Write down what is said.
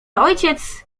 ojciec